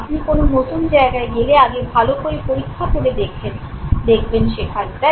আপনি কোন নতুন জায়গায় গেলে আগে ভালো করে পরীক্ষা করে দেখবেন সেখানটা